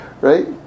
Right